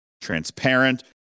transparent